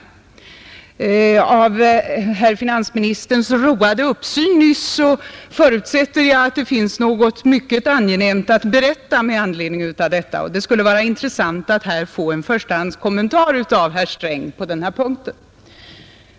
På grund av herr finansministerns roade uppsyn nyss förutsätter jag att det finns något mycket angenämt att berätta med anledning av detta, och det skulle vara intressant att här få en förstahandskommentar av herr Sträng på den här punkten.